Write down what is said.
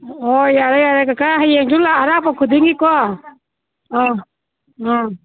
ꯑꯣ ꯌꯥꯔꯦ ꯌꯥꯔꯦ ꯀꯀꯥ ꯍꯌꯦꯡꯁꯨ ꯑꯔꯥꯛꯄ ꯈꯨꯗꯤꯡꯒꯤꯀꯣ ꯑꯥ ꯑꯥ